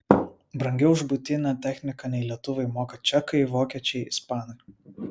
brangiau už buitinę techniką nei lietuviai moka čekai vokiečiai ispanai